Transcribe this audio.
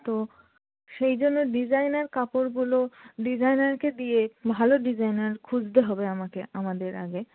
তো সেই জন্য ডিজাইনার কাপড়গুলো ডিজাইনারকে দিয়ে ভালো ডিজাইনার খুঁজতে হবে আমাকে আমাদের আগে